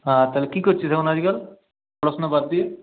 হাঁ তাহলে কি করছিস এখন আজকাল পড়াশুনা বাদ দিয়ে